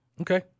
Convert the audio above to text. Okay